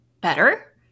better